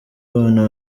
abantu